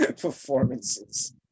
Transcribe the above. performances